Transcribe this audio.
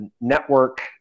network